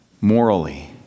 morally